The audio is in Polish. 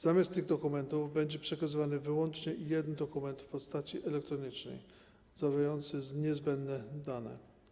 Zamiast tych dokumentów będzie przekazywany wyłącznie jeden dokument w postaci elektronicznej, zawierający niezbędne dane.